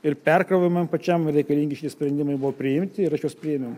ir perkrovimam pačiam reikalingi šitie sprendimai buvo priimti ir aš juos priėmiau